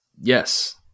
yes